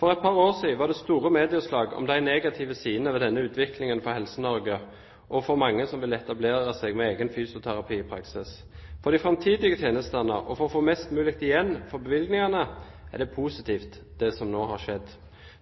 For et par år siden var det store medieoppslag om de negative sidene ved denne utviklingen for Helse-Norge og for mange som ville etablere seg med egen fysioterapipraksis. For de framtidige tjenestene og for å få mest mulig igjen for bevilgingene er det positivt, det som nå har skjedd.